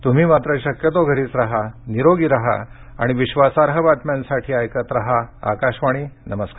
तुम्ही मात्र शक्यतो घरीच राहा निरोगी राहा आणि विश्वासार्ह बातम्यांसाठी ऐकत राहा आकाशवाणी नमस्कार